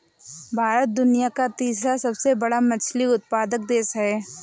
भारत दुनिया का तीसरा सबसे बड़ा मछली उत्पादक देश है